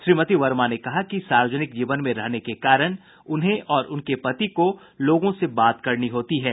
श्रीमती वर्मा ने कहा कि सार्वजनिक जीवन में रहने के कारण उन्हें और उनके पति को लोगों से बात करनी होती है